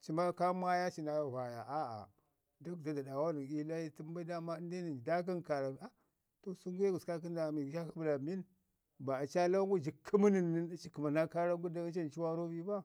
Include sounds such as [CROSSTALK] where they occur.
ci ma ka maya ci naa vaaya, a'a daguda nən ii laayi tən bai əndai nən daa kəmu kaarak [HESITATION] to sən gu ye kaakə ndaawa mi gəshak shi bəlan bin, ba aci aa lawan gu ji rrəmi nən aci kəma naa kaarak gu don aci ancu waarro bi ba.